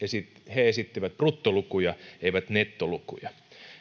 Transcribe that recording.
he esittivät bruttolukuja eivät nettolukuja